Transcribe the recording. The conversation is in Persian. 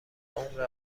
عمر